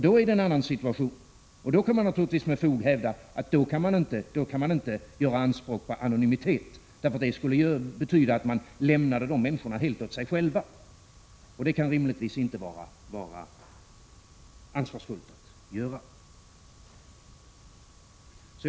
Det är en annan situation, och då kan man naturligtvis med fog hävda att det inte går att göra anspråk på anonymitet. Det skulle ju betyda att man lämnade de människorna helt åt sig själva, och det kan rimligen inte vara ansvarsfullt att göra.